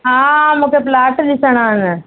हा मूंखे प्लाट ॾिसिणा आहिनि